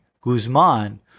Guzman